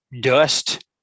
dust